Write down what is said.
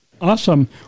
Awesome